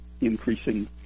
increasing